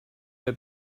her